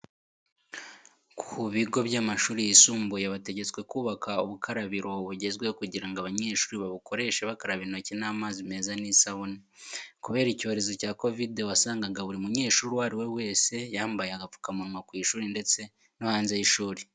Ku bigo by'amashuri yisumbuye bategetswe kubaka ubukarabiro bugezweho kugira ngo abanyeshuri babukoreshe bakaraba intoki n'amazi meza n'isabune. Kubera icyorezo cya Covid wasangaga buri munyeshuri uwo ari we wese yambaye agapfukamunwa ku ishuri ndetse no hanze y'ishuri.